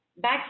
Back